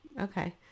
Okay